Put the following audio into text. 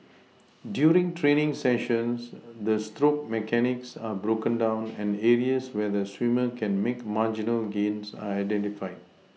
during training sessions the stroke mechanics are broken down and areas where the swimmer can make marginal gains are identified